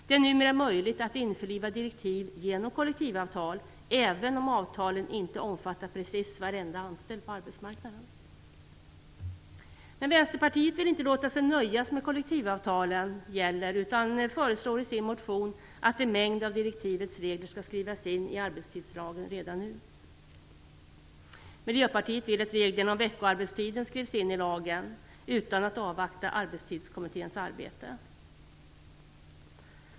Det är numera möjligt att införliva direktiv genom kollektivavtal även om avtalen inte omfattar precis varenda anställd på arbetsmarknaden. Vänsterpartiet vill inte låta sig nöjas med att kollektivavtalen gäller, utan föreslår i sin motion att en mängd av direktivets regler skall skrivas in i arbetstidslagen redan nu. Miljöpartiet vill att reglerna om veckoarbetstiden skrivs in i lagen utan att avvakta Arbetstidskommitténs arbete.